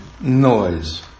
noise